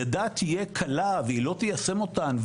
ידה תהיה קלה והיא לא תיישם אותן,